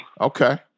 Okay